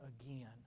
again